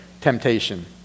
Temptation